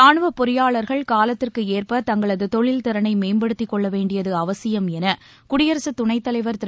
ராணுவப் பொறியாளர்கள் காலத்திற்கு ஏற்ப தங்களது தொழில் திறனை மேம்படுத்திக் கொள்ள வேண்டியது அவசியம் என குடியரசு துணைத்தலைவர் திரு